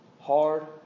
Hard